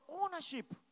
ownership